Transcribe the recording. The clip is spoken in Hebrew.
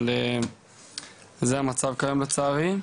אבל זה המצב לצערי.